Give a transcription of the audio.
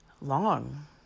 long